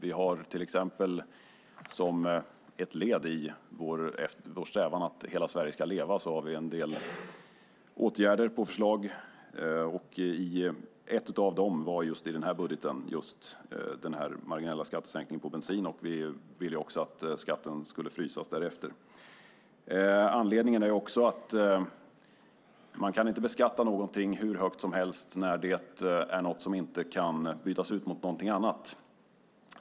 Vi har till exempel som ett led i vår strävan att hela Sverige ska leva en del förslag till åtgärder. Ett av dem i budgeten var just den marginella skattesänkningen på bensin. Vi vill också att skatten ska frysas därefter. Anledningen är också att man inte kan beskatta någonting hur högt som helst om det är något som inte kan bytas ut mot någonting annat.